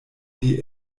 die